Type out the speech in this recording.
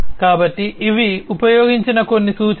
కాబట్టి ఇవి ఉపయోగించిన కొన్ని సూచనలు